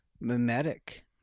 mimetic